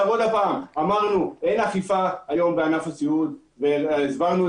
אמרנו שהיום אין אכיפה בענף הסיעוד ואף